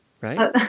right